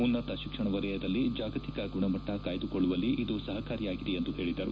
ಉನ್ನತ ಶಿಕ್ಷಣ ವಲಯದಲ್ಲಿ ಜಾಗತಿಕ ಗುಣಮಟ್ಟ ಕಾಯ್ದುಕೊಳ್ಳುವಲ್ಲಿ ಇದು ಸಹಾಯಕಾರಿಯಾಗಿದೆ ಎಂದು ಹೇಳಿದರು